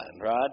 right